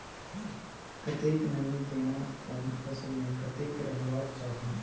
कतेक नमी केना कोन फसल मे कतेक रहबाक चाही?